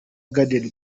garden